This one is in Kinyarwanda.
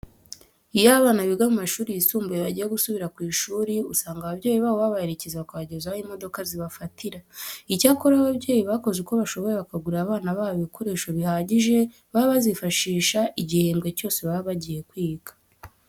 Iyo abana biga mu mashuri yisumbuye bagiye gusubira ku ishuri usanga ababyeyi babo babaherekeza bakabageza aho imodoka zibafatira. Icyakora ababyeyi bakoze uko bashoboye bakagurira abana babo ibikoresho bihagije baba bazifashisha igihembwe cyose baba bagiye kwiga.